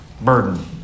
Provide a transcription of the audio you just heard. burden